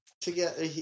together